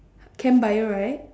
Chem Bio right